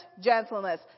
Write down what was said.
gentleness